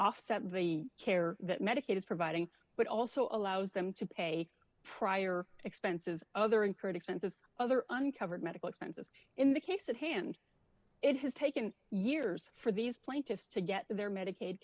offset the care that medicaid is providing but also allows them to pay prior expenses other incurred expenses other uncovered medical expenses in the case at hand it has taken years for these plaintiffs to get their medicaid